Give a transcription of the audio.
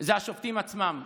זה השופטים עצמם.